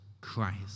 Christ